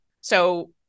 so-